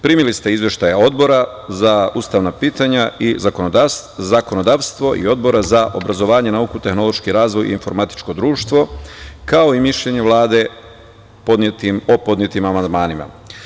Primili ste Izveštaj odbora za ustavna pitanja i zakonodavstvo i Odbora za obrazovanje, nauku i tehnološki razvoj i informatičko društvo, kao i mišljenje Vlade o podnetim amandmanima.